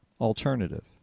alternative